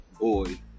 boy